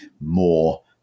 more